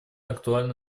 актуально